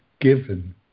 given